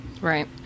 Right